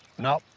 no,